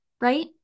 right